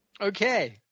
Okay